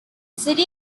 city